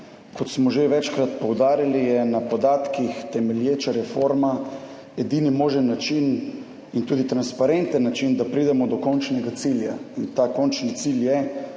kot smo že večkrat poudarili, je na podatkih temelječa reforma edini možen način in tudi transparenten način, da pridemo do končnega cilja. In ta končni cilj je